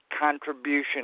contribution